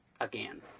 again